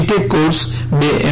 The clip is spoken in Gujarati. ટેક કોર્સ બે એમ